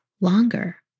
longer